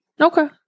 okay